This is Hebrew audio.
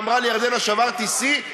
אמרה לי ירדנה ששברתי שיא,